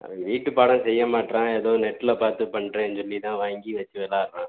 அவன் வீட்டு பாடம் செய்ய மாட்டுறான் எதோ நெட்டில் பார்த்து பண்ணுறேன்னு சொல்லி தான் வாங்கி வச்சு விளாட்றான்